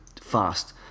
fast